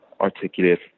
articulate